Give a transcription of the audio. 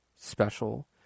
special